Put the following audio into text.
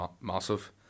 massive